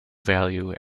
value